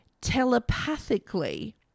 telepathically